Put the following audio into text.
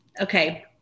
Okay